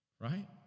Right